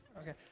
Okay